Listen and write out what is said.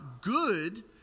good